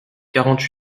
quarante